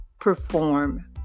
perform